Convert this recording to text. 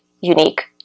unique